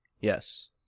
Yes